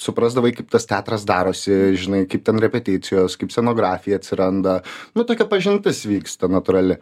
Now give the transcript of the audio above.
suprasdavai kaip tas teatras darosi žinai kaip ten repeticijos kaip scenografija atsiranda nu tokia pažintis vyksta natūrali